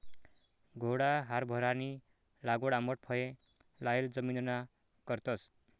घोडा हारभरानी लागवड आंबट फये लायेल जमिनना करतस